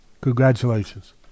Congratulations